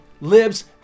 lives